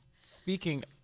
Speaking